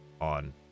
on